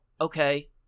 Okay